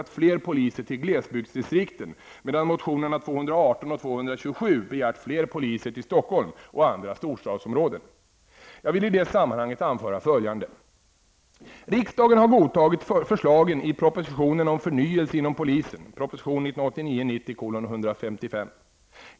I motionerna 202 och 227 begärs fler poliser till Stockholm och andra storstadsområden. Jag vill i det sammanhanget anföra följande. Riksdagen har godtagit förslagen i propositionen om en förnyelse inom polisen -- proposition 1989/90:155.